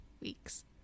weeks